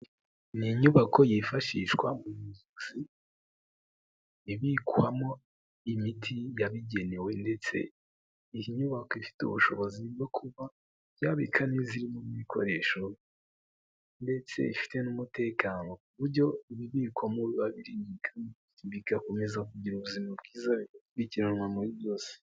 Ni inyubako yifashishwa mu ibikwamo imiti yabigenewe ndetse iyi nyubako ifite ubushobozi bwo kuba yabika n' zirimo ibikoresho ndetse ifite n'umutekano ku buryo ububikwamotibiga akomeza kugira ubuzima bwiza bijyanwa muri byose.